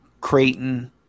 Creighton